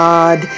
God